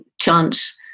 chance